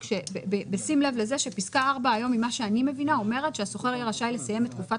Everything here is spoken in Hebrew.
העניין, ששטח הרצפה הכולל שלהן לא יפחת